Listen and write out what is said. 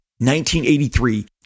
1983